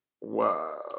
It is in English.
Wow